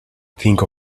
think